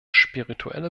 spirituelle